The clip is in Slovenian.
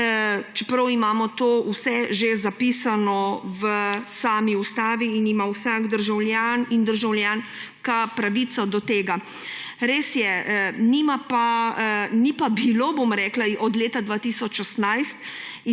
čeprav imamo to že vse zapisano v sami ustavi in ima vsak državljan in državljanka pravico do tega. Res je, ni pa bilo, bom rekla, od leta 2018